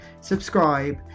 subscribe